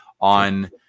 on